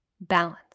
Balance